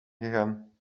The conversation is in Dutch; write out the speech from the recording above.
gegaan